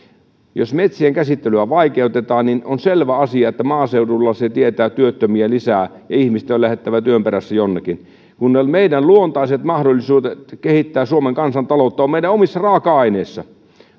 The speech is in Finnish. jos metsien käsittelyä vaikeutetaan on selvä asia että maaseudulla se tietää työttömiä lisää ja ihmisten on lähdettävä työn perässä jonnekin meidän luontaiset mahdollisuutemme kehittää suomen kansantaloutta ovat meidän omissa raaka aineissamme